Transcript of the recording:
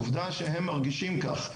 עובדה שהם מרגישים כך,